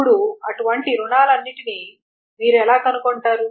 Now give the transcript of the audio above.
ఇప్పుడు అటువంటి రుణాలన్నింటినీ మీరు ఎలా కనుగొంటారు